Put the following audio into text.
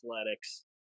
Athletics